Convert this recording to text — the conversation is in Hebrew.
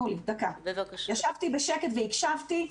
ישבתי בשקט והקשבתי.